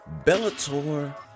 Bellator